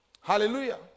hallelujah